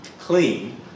clean